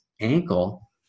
ankle